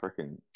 freaking